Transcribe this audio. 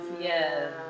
Yes